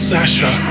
Sasha